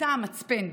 הייתה המצפן,